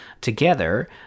together